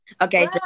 Okay